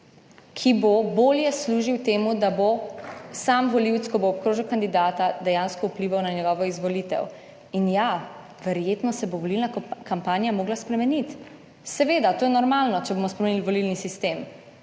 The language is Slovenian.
ki bo bolje služil temu, da bo sam volivec, ko bo obkrožil kandidata, dejansko vplival na njegovo izvolitev in ja, verjetno se bo volilna kampanja morala spremeniti. Seveda, to je normalno, če bomo spremenili volilni sistem,